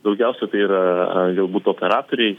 daugiausia tai yra galbūt operatoriai